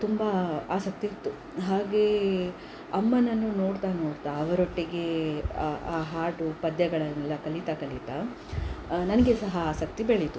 ತುಂಬಾ ಆಸಕ್ತಿಯಿತ್ತು ಹಾಗೆ ಅಮ್ಮನನ್ನು ನೋಡ್ತಾ ನೋಡ್ತಾ ಅವರೊಟ್ಟಿಗೆ ಆ ಆ ಹಾಡು ಪದ್ಯಗಳನ್ನೆಲ್ಲ ಕಲಿತಾ ಕಲಿತಾ ನನಗೆ ಸಹ ಆಸಕ್ತಿ ಬೆಳೆಯಿತು